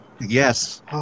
Yes